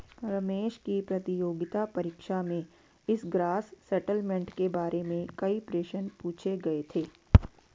रमेश की प्रतियोगिता परीक्षा में इस ग्रॉस सेटलमेंट के बारे में कई प्रश्न पूछे गए थे